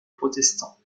protestants